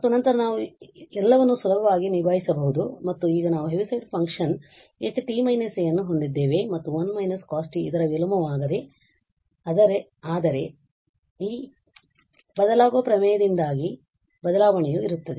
ಮತ್ತು ನಂತರ ನಾವು ಎಲ್ಲವನ್ನೂ ಸುಲಭವಾಗಿ ನಿಭಾಯಿಸಬಹುದು ಮತ್ತು ಈಗ ನಾವು ಹೆವಿಸೈಡ್ ಫಂಕ್ಷನ್ H ಅನ್ನು ಹೊಂದಿದ್ದೇವೆ ಮತ್ತು ಇದು 1 − cos t ಇದರ ವಿಲೋಮವಾಗದೆ ಆದರೆ ಈ ಬದಲಾಗುವ ಪ್ರಮೇಯದಿಂದಾಗಿ ಬದಲಾವಣೆಯೂ ಇರುತ್ತದೆ